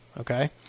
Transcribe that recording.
Okay